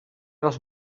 los